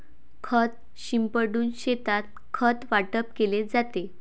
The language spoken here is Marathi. खत शिंपडून शेतात खत वाटप केले जाते